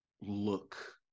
look